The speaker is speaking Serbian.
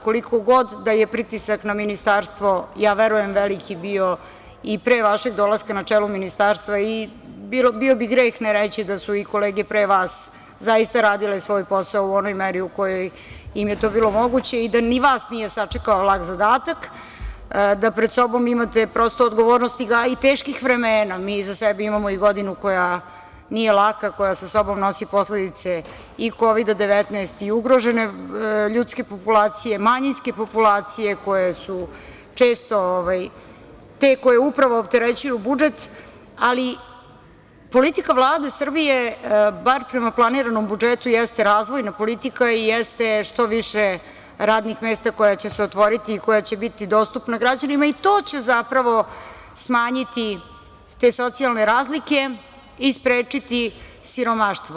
Koliko god da je pritisak na ministarstvo ja verujem veliki bio i pre vašeg dolaska na čelo ministarstva, bio bi greh ne reći da su i kolege pre vas zaista radile svoj posao u onoj meri u kojoj im je to bilo moguće i da ni vas nije sačekao lak zadatak, da pred sobom imate odgovornost i teških vremena, jer mi iza sebe imamo godinu koja nije laka, koja sa sobom nosi posledice i Kovida 19 i ugrožene ljudske populacije, manjinske populacije, koje su često te koje upravo opterećuju budžet, ali, politika Vlade Srbije, bar prema planiranom budžetu, jeste razvojna politika i jeste što više radnih mesta koja će se otvoriti i koja će biti dostupna građanima i to će zapravo smanjiti te socijalne razlike i sprečiti siromaštvo.